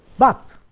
but